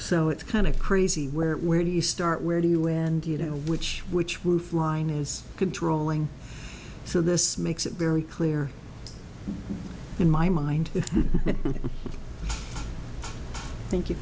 so it's kind of crazy where it where do you start where do you end you know which which wolf line is controlling so this makes it very clear in my mind thank you